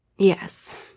Yes